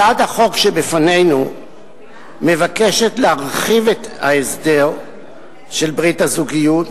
הצעת החוק שבפנינו מבקשת להרחיב את ההסדר של ברית הזוגיות